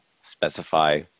specify